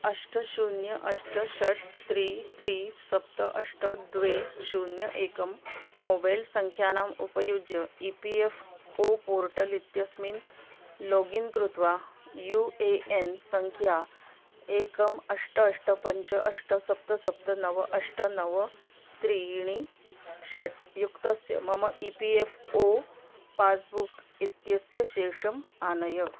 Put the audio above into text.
अष्ट शून्यं अष्ट षट् त्रीणि त्रीणि सप्त अष्ट द्वे शून्यं एकं मोबैल् सङ्ख्याम् उपयुज्य E P F O portal इत्यस्मिन् लोगिन् कृत्वा यू ए एन् सङ्ख्या एकम् अष्ट अष्ट पञ्च अष्ट सप्त सप्त नव अष्ट नव त्रीणि षट् युक्तस्य मम E P F O passbook इत्यस्य शेषम् आनय